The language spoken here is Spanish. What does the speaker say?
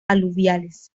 aluviales